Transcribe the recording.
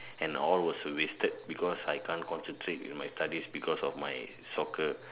and all was wasted because I can't concentrate in my studies because of my soccer